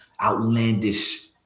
outlandish